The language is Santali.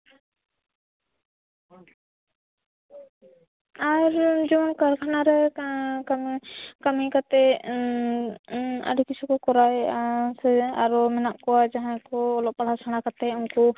ᱟᱨ ᱡᱮᱢᱚᱱ ᱠᱟᱨᱠᱷᱟᱱᱟ ᱨᱮ ᱠᱟᱹᱢᱤ ᱠᱟᱹᱢᱤ ᱠᱟᱛᱮ ᱟᱹᱰᱤ ᱠᱤᱪᱷᱩ ᱠᱚ ᱠᱚᱨᱟᱣᱮᱫᱼᱟ ᱥᱮ ᱟᱨᱚ ᱢᱮᱱᱟᱜ ᱠᱚᱣᱟ ᱡᱟᱦᱟᱸᱭ ᱠᱚ ᱚᱞᱚᱜ ᱯᱟᱲᱦᱟᱜ ᱥᱮᱬᱟ ᱠᱟᱛᱮᱫ ᱩᱱᱠᱩ